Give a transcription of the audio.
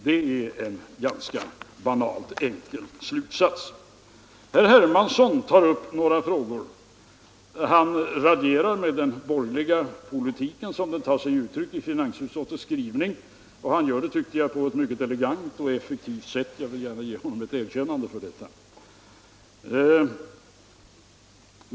Det är en ganska banal och enkel slutsats. Herr Hermansson tog upp några frågor. Han raljerade med den borgerliga politiken som den tar sig uttryck i finansutskottets skrivning, och han gjorde det, tyckte jag, på ett mycket elegant och effektivt sätt — jag vill gärna ge honom ett erkännande för detta.